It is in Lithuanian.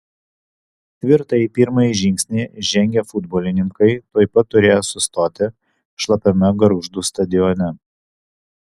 tvirtai pirmąjį žingsnį žengę futbolininkai tuoj pat turėjo sustoti šlapiame gargždų stadione